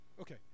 Okay